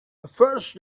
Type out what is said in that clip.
first